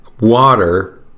water